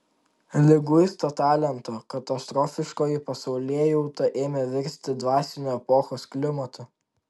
liguisto talento katastrofiškoji pasaulėjauta ėmė virsti dvasiniu epochos klimatu